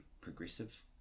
progressive